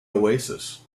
oasis